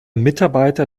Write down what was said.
mitarbeiter